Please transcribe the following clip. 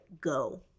go